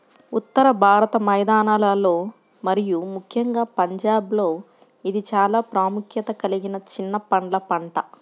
ఉత్తర భారత మైదానాలలో మరియు ముఖ్యంగా పంజాబ్లో ఇది చాలా ప్రాముఖ్యత కలిగిన చిన్న పండ్ల పంట